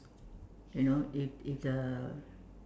you know it it's a